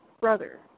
brother